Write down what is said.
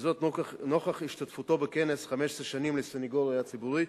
וזאת נוכח השתתפותו בכנס "15 שנים לסניגוריה הציבורית",